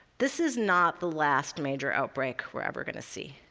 this is not the last major outbreak we're ever going to see.